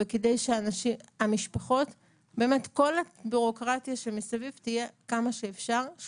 כדי שכל הביורוקרטיה מסביב תהיה שקופה עד כמה שאפשר.